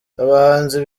abahanzi